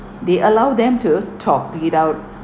they allow them to talk it out